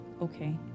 Okay